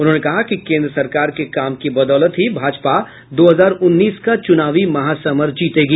उन्होंने कहा कि केंद्र सरकार के काम की बदौलत ही भाजपा दो हजार उन्नीस का चुनावी महासमर जीतेगी